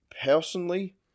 personally